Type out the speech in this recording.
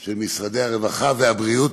של משרדי הרווחה והבריאות,